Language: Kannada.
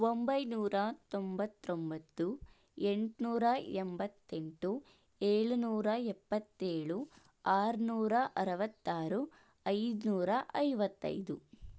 ಒಂಬೈನೂರ ತೊಂಬತ್ತೊಂಬತ್ತು ಎಂಟುನೂರ ಎಂಬತ್ತೆಂಟು ಏಳುನೂರ ಎಪ್ಪತ್ತೇಳು ಆರುನೂರ ಅರವತ್ತಾರು ಐದುನೂರ ಐವತ್ತೈದು